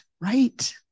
right